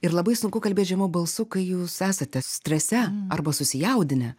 ir labai sunku kalbėt žemu balsu kai jūs esate strese arba susijaudinę